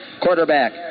Quarterback